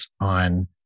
on